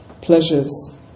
pleasures